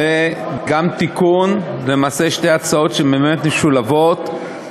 וגם תיקון, למעשה שתי הצעות משולבות.